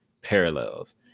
parallels